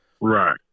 Right